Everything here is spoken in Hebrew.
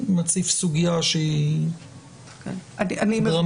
מציף סוגיה שהיא דרמטית.